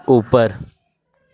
اوپر